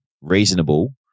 reasonable